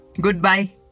goodbye